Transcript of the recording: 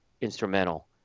instrumental